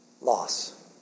loss